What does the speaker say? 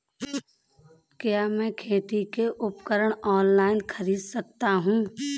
क्या मैं खेती के उपकरण ऑनलाइन खरीद सकता हूँ?